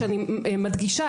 שאני מדגישה,